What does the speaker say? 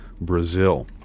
Brazil